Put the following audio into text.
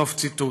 סוף ציטוט.